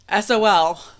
SOL